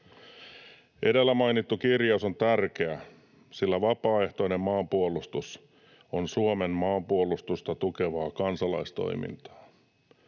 Edellä mainittu kirjaus on tärkeä, sillä vapaaehtoinen maanpuolustus on Suomen maanpuolustusta tukevaa kansalaistoimintaa.